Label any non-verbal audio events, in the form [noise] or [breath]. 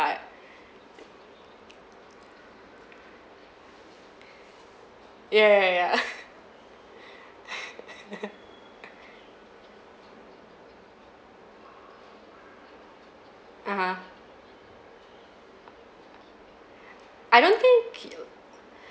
[breath] uh [breath] ya ya ya [laughs] (uh huh) I don't think it'll